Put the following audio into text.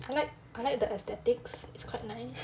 I like I like the aesthetics it's quite nice